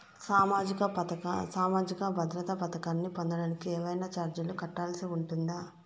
సామాజిక భద్రత పథకాన్ని పొందడానికి ఏవైనా చార్జీలు కట్టాల్సి ఉంటుందా?